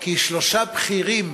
כי שלושה בכירים